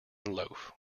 loaf